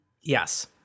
Yes